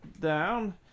down